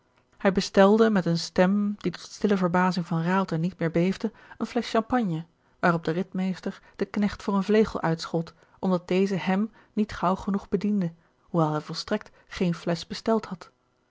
hij bestelde met eene stem die tot stille verbazing van raalte niet meer beefde eene flesch champagne waarop de ridmeester den knecht voor een vlegel uitschold omdat deze hèm niet gaauw genoeg bediende hoewel hij volstrekt geene flesch besteld had